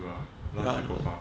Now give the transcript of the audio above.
true lah everyone like psychopath